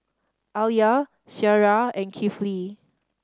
Alya Syirah and Kifli